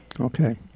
Okay